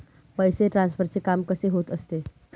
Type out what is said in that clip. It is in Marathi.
पैसे ट्रान्सफरचे काम कसे होत असते?